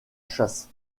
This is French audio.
chasse